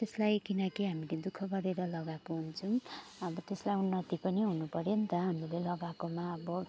त्यसलाई किनकि हामीले दुःख गरेर लगाएको हुन्छौँ अब त्यसलाई उन्नति पनि हुनुपर्यो नि त हामीले लगाएकोमा अब